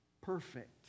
perfect